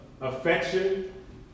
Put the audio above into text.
affection